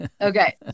Okay